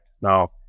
Now